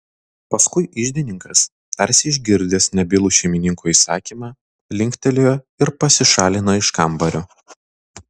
paskui iždininkas tarsi išgirdęs nebylų šeimininko įsakymą linktelėjo ir pasišalino iš kambario